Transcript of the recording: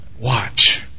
Watch